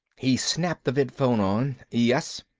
he snapped the vidphone on. yes?